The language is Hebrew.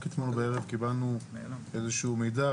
רק אתמול בערב קיבלנו איזשהו מידע,